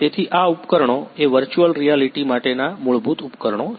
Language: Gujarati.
તેથી આ ઉપકરણો એ વર્ચુઅલ રિયાલિટી માટેનાં મૂળભૂત ઉપકરણો છે